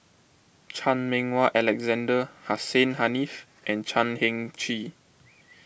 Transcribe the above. Chan Meng Wah Alexander Hussein Haniff and Chan Heng Chee